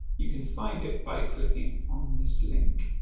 you can find it by clicking on this link